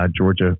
Georgia